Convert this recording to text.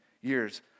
years